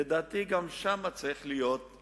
לדעתי גם שם צריך הצבא להיות.